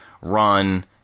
run